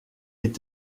est